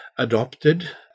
adopted